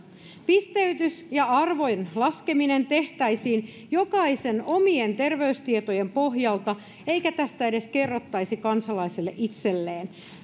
pisteytys ja arvojen laskeminen tehtäisiin jokaisen omien terveystietojen pohjalta eikä tästä edes kerrottaisi kansalaiselle itselleen